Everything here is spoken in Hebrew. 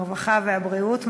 הרווחה והבריאות.